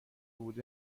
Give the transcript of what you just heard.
بود